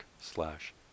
slash